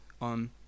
on